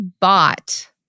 bought